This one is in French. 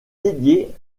dédiée